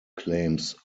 claims